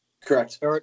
Correct